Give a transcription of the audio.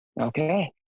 okay